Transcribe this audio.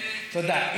תודה.